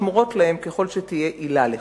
שמורות להם ככל שתהיה עילה לכך.